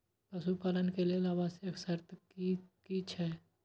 पशु पालन के लेल आवश्यक शर्त की की छै?